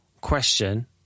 question